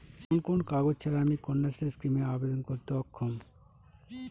কোন কোন কাগজ ছাড়া আমি কন্যাশ্রী স্কিমে আবেদন করতে অক্ষম?